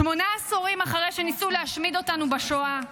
שמונה עשורים אחרי שניסו להשמיד אותנו בשואה,